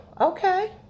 okay